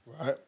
Right